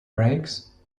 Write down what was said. brakes